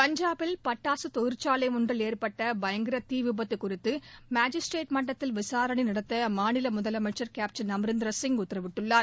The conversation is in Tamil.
பஞ்சாபில் பட்டாசு தொழிற்சாலை ஒன்றில் ஏற்பட்ட பயங்கர தீ விபத்து குறித்து மேஜிஸ்ட்ரேட் மட்டத்தில் விசாரணை நடத்த அம்மாநில முதலமைச்சள் கேப்டள் அமரேந்தர் சிங் உத்தரவிட்டுள்ளார்